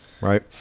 right